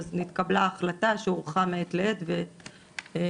אז נתקבלה החלטה שהוארכה מעת לעת ולמיטב